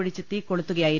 ഒഴിച്ച്തീകൊളുത്തുകയായിരുന്നു